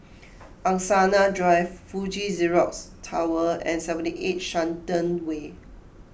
Angsana Drive Fuji Xerox Tower and seventy eight Shenton Way